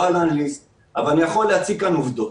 לא אנליסט, אבל אני יכול להציג כאן עובדות.